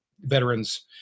veterans